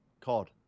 COD